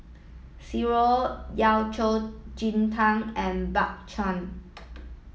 Sireh Yao Cai Ji Tang and Bak Chang